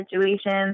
situations